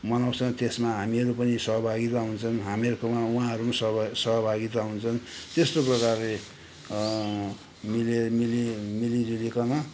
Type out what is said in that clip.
मनाउँछ त्यसमा हामीहरू पनि सहभागिता हुन्छन् हामीहरूको उहाँहरू पनि सहबा सहभागिता हुन्छन् त्यस्तो प्रकारले मिले मिली मिलीजुलीकन